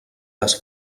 les